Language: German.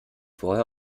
vorher